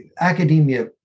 academia